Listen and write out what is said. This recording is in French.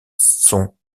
son